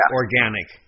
organic